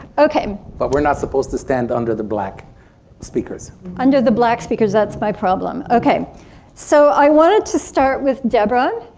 ok. but we're not supposed to stand under the black speakers under the blacks because that's my problem. ok so i wanted to start with deborah.